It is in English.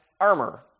armor